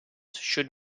should